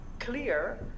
Clear